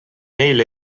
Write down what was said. neil